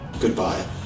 Goodbye